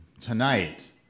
tonight